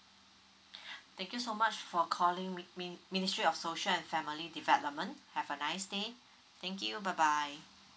thank you so much for calling mini~ ministry social and family development have a nice day thank you bye bye